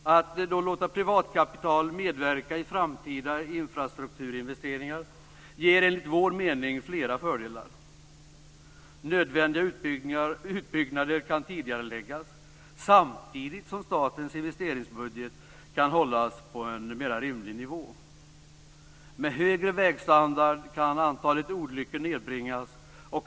Att låta privatkapital medverka i framtida infrastrukturinvesteringar ger enligt vår mening flera fördelar. Nödvändiga utbyggnader kan tidigareläggas, samtidigt som statens investeringsbudget kan hållas på en mer rimlig nivå. Med högre vägstandard kan antalet olyckor nedbringas.